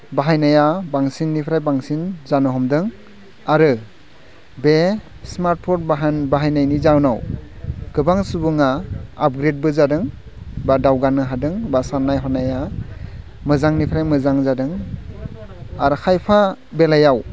बाहायनाया बांसिननिफ्राय बांसिन जानो हमदों आरो बे स्मार्टफन बाहायनायनि जाहोनाव गोबां सुबुङा आपग्रेडबो जादों बा दावगानो हादों बा साननाय हनाया मोजांनिफ्राय मोजां जादों आरो खायफा बेलायाव